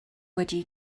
wedi